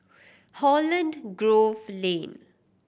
Holland Grove Lane